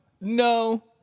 No